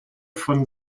von